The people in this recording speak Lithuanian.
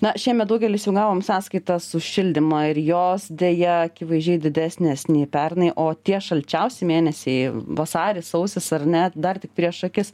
na šiemet daugelis jau gavom sąskaitas už šildymą ir jos deja akivaizdžiai didesnės nei pernai o tie šalčiausi mėnesiai vasaris sausis ar ne dar tik prieš akis